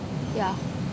yeah